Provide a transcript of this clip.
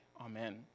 Amen